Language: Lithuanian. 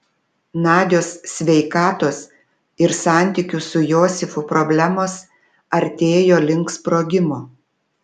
nadios sveikatos ir santykių su josifu problemos artėjo link sprogimo